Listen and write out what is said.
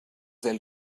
del